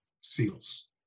SEALs